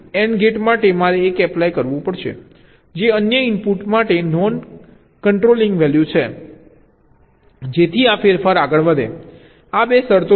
AND gate માટે મારે 1 apply કરવું પડશે જે અન્ય ઇનપુટ માટે નોન કંટ્રોલિંગ વેલ્યૂ છે જેથી આ ફેરફાર આગળ વધે આ 2 શરતો છે